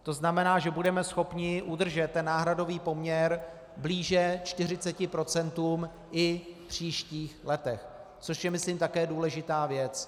To znamená, že budeme schopni udržet ten náhradový poměr blíže 40 % i v příštích letech, což je, myslím, také důležitá věc.